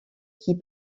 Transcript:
qui